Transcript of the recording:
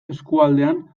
eskualdean